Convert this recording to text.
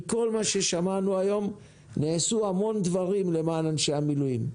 מכל מה ששמענו היום נעשו המון דברים למען אנשי המילואים.